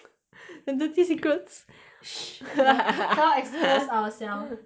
and dirty secrets can~ cannot expose ourselves